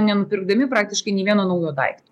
nenupirkdami praktiškai nė vieno naujo daikto